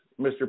Mr